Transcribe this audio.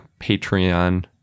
Patreon